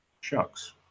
Shucks